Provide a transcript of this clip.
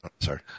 Sorry